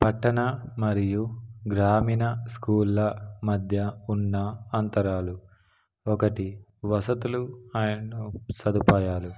పట్టణ మరియు గ్రామీణ స్కూళ్ళ మధ్య ఉన్న అంతరాలు ఒకటి వసతులు అండ్ సదుపాయాలు